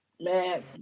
man